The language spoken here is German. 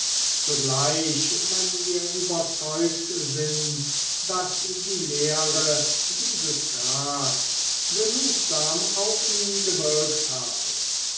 sogleich wenn wir überzeugt sind daß die lehre dieses grads genugsam auf ihn gewirkt habe